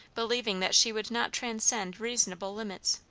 believing that she would not transcend reasonable limits.